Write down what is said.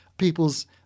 people's